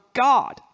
God